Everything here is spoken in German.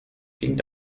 ging